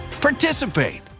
participate